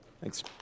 Thanks